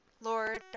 lord